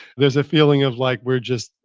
there's a feeling of like we're just,